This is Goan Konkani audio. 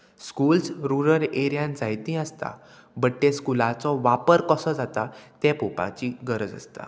स्कुल्स रुरल एरियान जायतीं आसता बट तें स्कुलाचो वापर कसो जाता तें पोवपाची गरज आसता